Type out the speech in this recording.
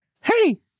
Hey